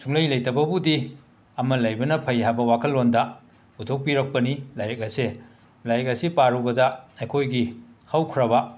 ꯁꯨꯡꯂꯩ ꯂꯩꯇꯕꯕꯨꯗꯤ ꯑꯃ ꯂꯩꯕꯅ ꯐꯩ ꯍꯥꯏꯕ ꯋꯥꯈꯜꯂꯣꯟꯗ ꯄꯨꯊꯣꯛꯄꯤꯔꯛꯄꯅꯤ ꯂꯥꯏꯔꯤꯛ ꯑꯁꯤ ꯂꯥꯏꯔꯤꯛ ꯑꯁꯤ ꯄꯥꯔꯨꯕꯗ ꯑꯩꯈꯣꯏꯒꯤ ꯍꯧꯈ꯭ꯔꯕ